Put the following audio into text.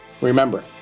Remember